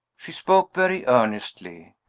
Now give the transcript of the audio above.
she spoke very earnestly.